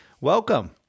welcome